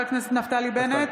(קוראת בשם חבר הכנסת) נפתלי בנט,